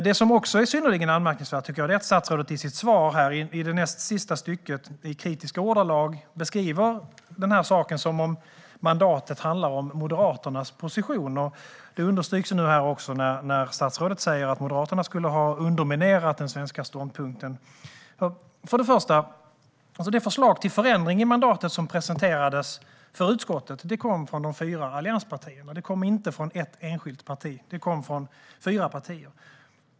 Det jag också tycker är synnerligen anmärkningsvärt är att statsrådet i sitt interpellationssvar i kritiska ordalag beskriver det som att mandatet handlar om Moderaternas positioner. Detta understryks också när statsrådet säger att Moderaterna skulle ha underminerat den svenska ståndpunkten. För det första kom det förslag till förändring av mandaten som presenterades för utskottet från de fyra allianspartierna. Det kom inte från ett enskilt parti utan från fyra partier.